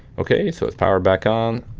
okay, so it's powered back on,